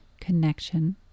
connection